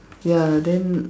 ya then